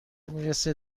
میرسه